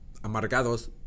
amargados